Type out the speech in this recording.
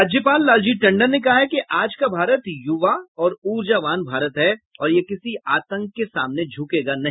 राज्यपाल लालजी टंडन ने कहा है कि आज का भारत युवा और ऊर्जावान भारत है और ये किसी आतंक के सामने झुकेगा नहीं